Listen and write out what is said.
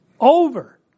over